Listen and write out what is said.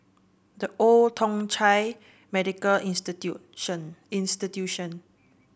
The Old Thong Chai Medical Institution